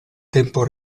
tempo